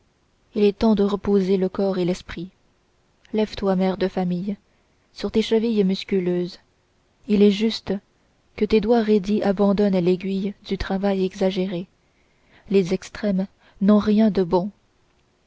il est temps de reposer le corps et l'esprit lève-toi mère de famille sur tes chevilles musculeuses il est juste que tes doigts raidis abandonnent l'aiguille du travail exagéré les extrêmes n'ont rien de bon